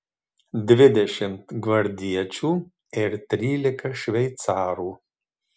dvidešimt gvardiečių ir trylika šveicarų